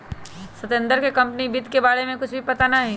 सत्येंद्र के कंपनी वित्त के बारे में कुछ भी पता ना हई